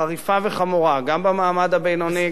חריפה וחמורה גם במעמד הבינוני,